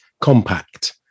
compact